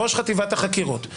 ראש חטיבת החקירות.